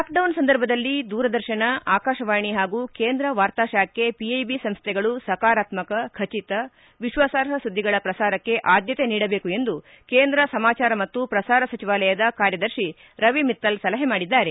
lockdown ಸಂದರ್ಭದಲ್ಲಿ ದೂರದರ್ಶನ ಆಕಾಶವಾಣಿ ಹಾಗೂ ಕೇಂದ್ರ ವಾರ್ತಾ ಶಾಖೆ ಪಿಐಬಿ ಸಂಸ್ಥೆಗಳು ಸಕಾರಾತ್ಮಕ ಖಚಿತ ವಿಶ್ವಾಸಾರ್ಹ ಸುದ್ದಿಗಳ ಪ್ರಸಾರಕ್ಕೆ ಆದ್ಯತೆ ನೀಡಬೇಕು ಎಂದು ಕೇಂದ್ರ ಸಮಾಚಾರ ಮತ್ತು ಪ್ರಸಾರ ಸಚಿವಾಲಯದ ಕಾರ್ಯದರ್ಶಿ ರವಿ ಮಿತ್ತಲ್ ಸಲಹೆ ಮಾಡಿದ್ದಾರೆ